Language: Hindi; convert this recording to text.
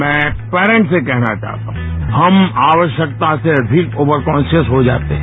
मैं पेरेन्ट्स से कहना चाहता हूं हम आवश्यकता से अधिक ओवर कान्शियस हो जाते है